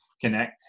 connect